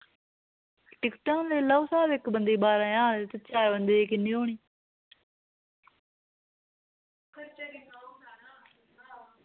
टिकटां लाई लाओ स्हाब इक बंदे दी बारां ज्हार ते चार बंदे दी किन्नी होनी